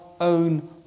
own